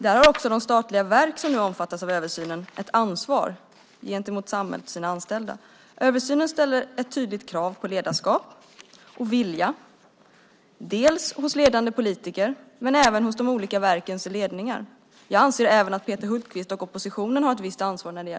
Där har de statliga verk som nu omfattas av översynen också ett ansvar gentemot samhället och sina anställda. Översynen ställer ett tydligt krav på ledarskap och vilja dels hos ledande politiker, dels hos de olika verkens ledningar. Jag anser att även Peter Hultqvist och oppositionen har ett visst ansvar för detta.